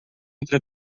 entre